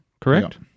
correct